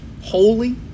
holy